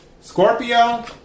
Scorpio